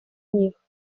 них